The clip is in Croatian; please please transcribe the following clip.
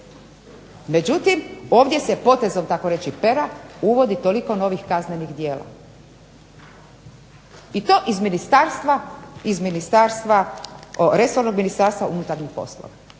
Međutim, ovdje se potezom takoreći pera uvodi toliko novih kaznenih djela i to iz resornog Ministarstva unutarnjih poslova.